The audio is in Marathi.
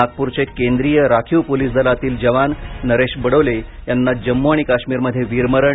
नागपूरचे केंद्रीय राखीव पोलीस दलातील जवान नरेश बडोले यांना जम्मू आणि काश्मीरमध्ये वीर मरण